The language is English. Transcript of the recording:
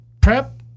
prep